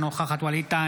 אינה נוכחת ווליד טאהא,